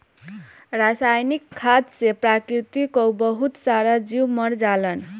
रासायनिक खाद से प्रकृति कअ बहुत सारा जीव मर जालन